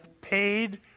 paid